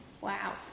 Wow